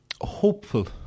hopeful